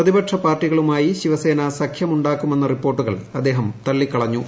പ്രതിപക്ഷ പാർട്ടികളുമായി ശിവസേന സഖ്യമുണ്ടാക്കുമെന്ന റിപ്പോർട്ടുകൾ അദ്ദേഹം തള്ളിക്കളഞ്ഞു